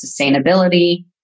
sustainability